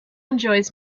enjoys